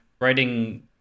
writing